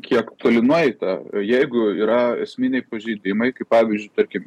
kiek toli nueita jeigu yra esminiai pažeidimai kaip pavyzdžiui tarkim